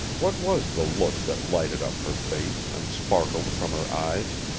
what was the look that lighted up her face and sparkled from her eyes?